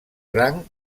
rang